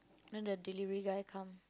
then the delivery guy come